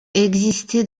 existait